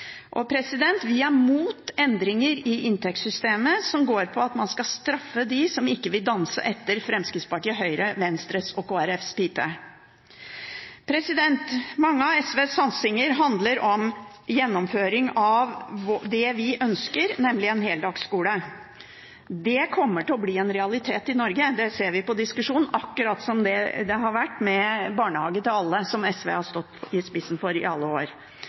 Vi er også mot endringer i inntektssystemet som handler om at man skal straffe dem som ikke vil danse etter Fremskrittspartiets, Høyres, Venstres og Kristelig Folkepartis pipe. Mange av SVs satsinger handler om gjennomføring av det vi ønsker, nemlig en heldagsskole. Det kommer til å bli en realitet i Norge – det ser vi på diskusjonen – akkurat slik det har vært med barnehage til alle, som SV har stått i spissen for i alle år.